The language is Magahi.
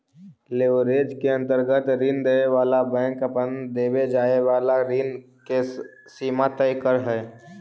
लेवरेज के अंतर्गत ऋण देवे वाला बैंक अपन देवे जाए वाला ऋण के सीमा तय करऽ हई